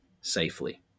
safely